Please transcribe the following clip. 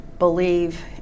believe